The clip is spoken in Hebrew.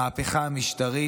המהפכה המשטרית,